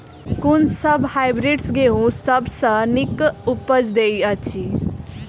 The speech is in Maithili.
कुन सँ हायब्रिडस गेंहूँ सब सँ नीक उपज देय अछि?